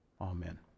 Amen